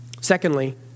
Secondly